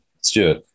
Stuart